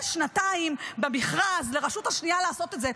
יש שנתיים במכרז לרשות השנייה לעשות את זה.